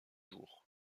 jour